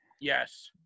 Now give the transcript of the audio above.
Yes